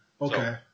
Okay